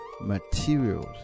materials